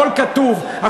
הכול כתוב,